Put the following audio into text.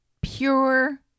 pure